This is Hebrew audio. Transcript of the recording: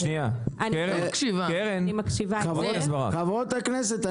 קרן --- חברות הכנסת,